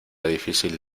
difícil